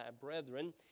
brethren